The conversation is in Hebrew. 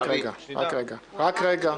רק רגע.